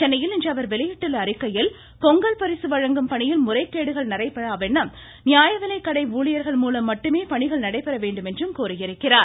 சென்னையில் இன்று அவர் வெளியிட்டுள்ள அறிக்கையில் பொங்கல் பரிசு வழங்கும் பணியில் முறைகேடுகள் நடைபெறா வண்ணம் நியாயவிலைக் கடை ஊழியர்கள் மூலம் மட்டுமே பணிகள் நடைபெற வேண்டுமென்றும் கூறியிருக்கிறார்